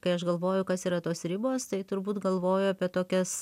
kai aš galvoju kas yra tos ribos tai turbūt galvoju apie tokias